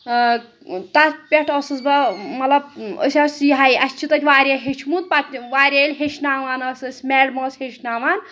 تَتھ پٮ۪ٹھ ٲسٕس بہٕ مطلب أسۍ ٲس یِہَے اَسہِ چھِ تَتہِ وارِیاہ ہیٚچھمُت پَتہٕ وارِیاہ ییٚلہِ ہیٚچھناوان ٲس أسۍ میڈمہٕ ٲس ہیٚچھناوان